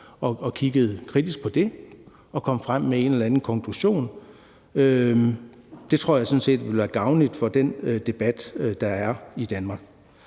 kiggede kritisk på det og kom frem med en eller anden konklusion. Det tror jeg sådan set ville være gavnligt for den debat, der er i Danmark.